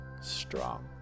strong